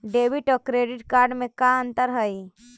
Debit और credit card में का अंतर हइ?